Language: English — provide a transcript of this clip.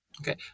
Okay